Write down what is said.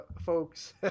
folks